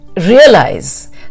realize